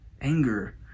Anger